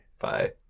Bye